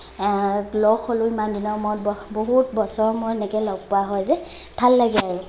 লগ হ'লোঁ ইমান দিনৰ মূৰত বহ বহুত বছৰৰ মূৰত এনেকৈ লগ পোৱা হয় যে ভাল লাগে আৰু